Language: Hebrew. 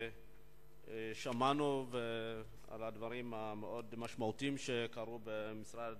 שמענו על הדברים המשמעותיים מאוד שקרו במשרד